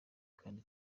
kandi